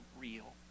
real